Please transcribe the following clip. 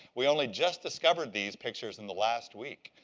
we only just discovered these pictures in the last week.